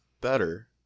better